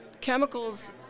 chemicals